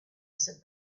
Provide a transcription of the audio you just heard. said